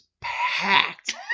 packed